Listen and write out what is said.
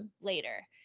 later